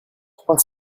trois